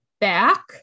back